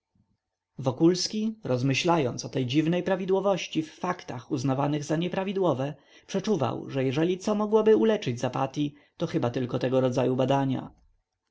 wokulski rozmyślając o tej dziwnej prawidłowości w faktach uznawanych za nieprawidłowe przeczuwał że jeżeli co mogłoby go uleczyć z apatyi to chyba tego rodzaju badania